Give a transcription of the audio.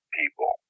people